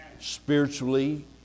spiritually